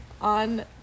on